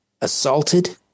assaulted